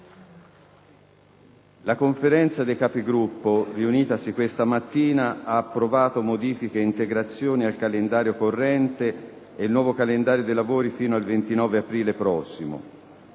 la Conferenza dei Capigruppo, riunitasi questa mattina, ha approvato modifiche e integrazioni al calendario corrente e il nuovo calendario dei lavori fino al 29 aprile prossimo.